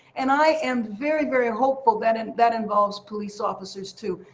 and i am very, very hopeful that and that involves police officers, too.